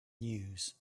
news